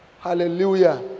Hallelujah